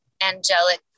angelic